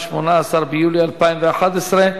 18 ביולי 2011,